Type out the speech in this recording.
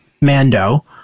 Mando